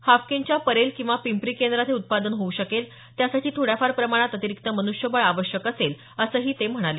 हाफकिनच्या परेल किंवा पिंपरी केंद्रात हे उत्पादन होऊ शकेल त्यासाठी थोड्याफार प्रमाणात अतिरीक्त मन्ष्यबळ आवश्यक असेल असंही ते म्हणाले